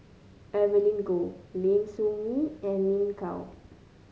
Evelyn Goh Lim Soo Ngee and Lin Gao